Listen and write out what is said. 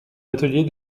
atelier